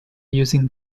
using